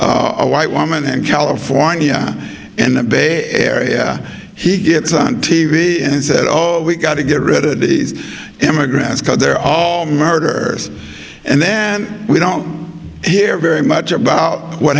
in a white woman and california and the bay area he gets on t v and said we've got to get rid of these immigrants because they're all murder and then we don't hear very much about what